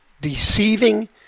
deceiving